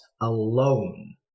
alone